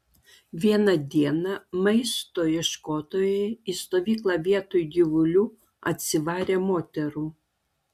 vieną dieną maisto ieškotojai į stovyklą vietoj gyvulių atsivarė moterų